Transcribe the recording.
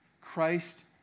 Christ